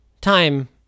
time